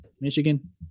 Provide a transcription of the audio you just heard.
Michigan